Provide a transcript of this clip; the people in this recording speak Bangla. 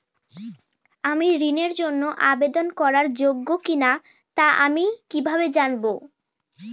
আমি ঋণের জন্য আবেদন করার যোগ্য কিনা তা আমি কীভাবে জানব?